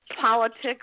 Politics